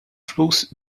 flus